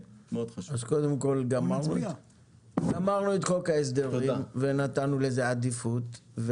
גמרנו את חוק ההסדרים ונתנו לזה עדיפות.